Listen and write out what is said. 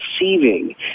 receiving